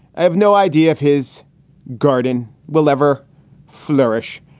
i have no idea if his garden will ever flourish.